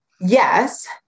Yes